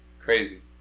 crazy